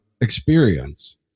experience